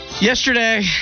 yesterday